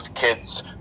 kids